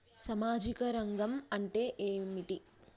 సామాజిక రంగం అంటే ఏమిటి?